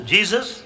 Jesus